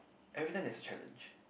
every time there's a challenge